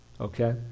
okay